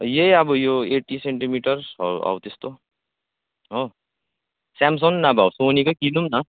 यही अब यो यति सेन्टिमिटर हौ त्यस्तो हो स्यामसङ नभए सोनीकै किनौँ न